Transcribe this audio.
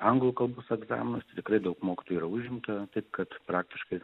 anglų kalbos egzaminas tikrai daug mokytojų yra užimta taip kad praktiškai